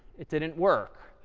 it didn't work.